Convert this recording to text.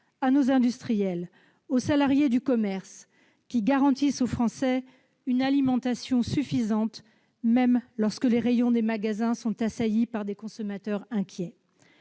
à nos industriels, aux salariés du commerce, qui garantissent aux Français une alimentation suffisante, même quand les rayons des magasins sont assaillis par des consommateurs inquiets.